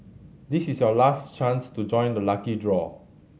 this is your last chance to join the lucky draw